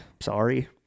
sorry